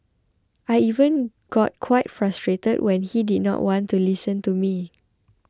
I even got quite frustrated when he did not want to listen to me